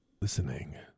Listening